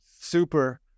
Super